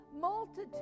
multitude